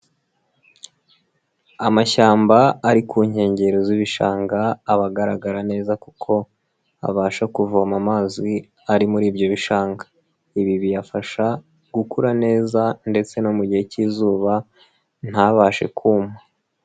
Amashyamba ari ku nkengero z'ibishanga abagaragara neza kuko abasha kuvoma amazi ari muri ibyo bishanga, ibi biyafasha gukura neza ndetse no mu gihe cy'izuba ntabashe kumpa.